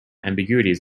ambiguities